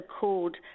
called